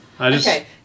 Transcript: Okay